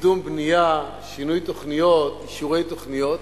קידום בנייה, שינוי תוכניות, אישורי תוכניות.